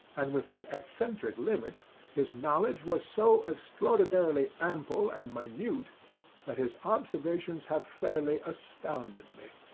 and within eccentric limits his knowledge was so extraordinarily ample and minute that his observations have fairly astounded me.